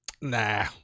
Nah